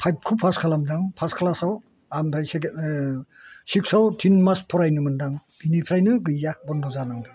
फाइभखौ pass खालामदां फासख्लासाव आमफ्राय सिक्स आव तिन मास फरायनोमोन्दां बिनिफ्रायनो गैया बन्द जानांदों